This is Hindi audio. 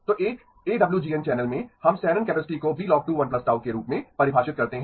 तो एक एडब्लूजीएन चैनल में हम शैनन कैपेसिटी को Blo g2 1 Γ के रूप में परिभाषित करते हैं